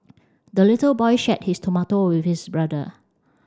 the little boy shared his tomato with his brother